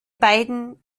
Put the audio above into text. beiden